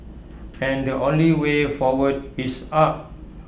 and the only way forward is up